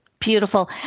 beautiful